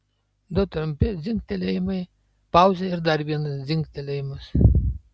du trumpi dzingtelėjimai pauzė ir dar vienas dzingtelėjimas